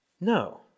No